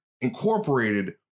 incorporated